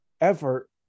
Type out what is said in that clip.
effort